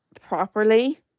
properly